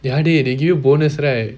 dey they give you bonus right